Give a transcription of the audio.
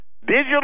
Digital